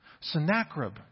Sennacherib